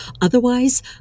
Otherwise